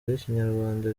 ry’ikinyarwanda